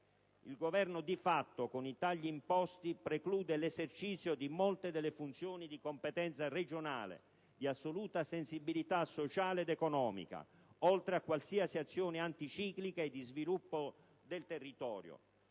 Il Governo di fatto, con i tagli imposti, preclude l'esercizio di molte delle funzioni di competenza regionale, di assoluta sensibilità sociale ed economica, oltre a qualsiasi azione anticiclica e di sviluppo del territorio.